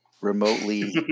remotely